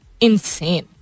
insane